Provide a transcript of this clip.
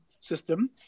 system